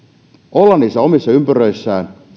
olla niissä omissa ympyröissään